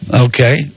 Okay